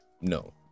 no